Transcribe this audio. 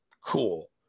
Cool